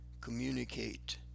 communicate